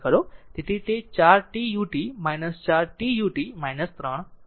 તેથી તે 4 t ut 4 t ut 3 હશે